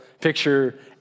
picture